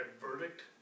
verdict